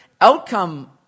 outcome